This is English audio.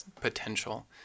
potential